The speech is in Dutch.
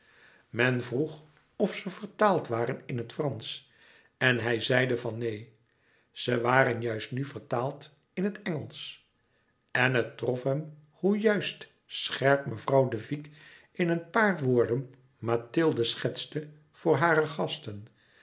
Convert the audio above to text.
men vroeg of ze vertaald waren in het fransch en hij zeide van neen ze waren juist nu vertaald in het engelsch en het trof hem hoe juist scherp mevrouw de vicq in een paar woorden mathilde schetste voor hare gasten